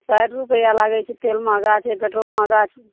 साठि रुपैआ लागै छै तेल महगा छै पेट्रोल महगा छै